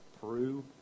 Peru